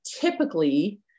Typically